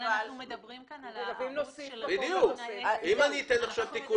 אם נוסיף בחוק את התוספת?